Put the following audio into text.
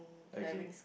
okay